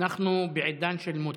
אנחנו בעידן של מוטציות.